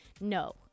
No